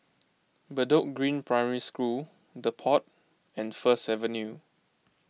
Bedok Green Primary School the Pod and First Avenue